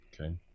Okay